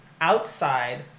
outside